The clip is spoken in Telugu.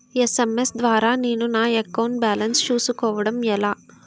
ఎస్.ఎం.ఎస్ ద్వారా నేను నా అకౌంట్ బాలన్స్ చూసుకోవడం ఎలా?